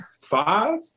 five